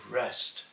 rest